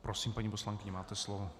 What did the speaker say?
Prosím, paní poslankyně, máte slovo.